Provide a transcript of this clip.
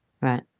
Right